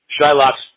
Shylock's